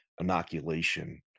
inoculation